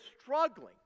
struggling